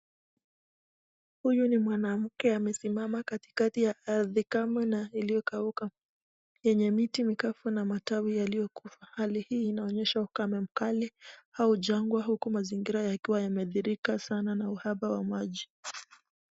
Huyu ni mwanamke amesimama katikati ya ardhi kavu na iliyokauka yenye miti mikavu na matawi yaliyokufa. Hali hii inaonyesha ukame mkali au jangwa, huku mazingira yakiwa yameathirika sana na uhaba wa maji.